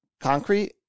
concrete